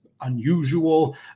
unusual